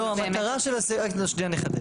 לא, המטרה של הסעיף, שנייה אני אחדד.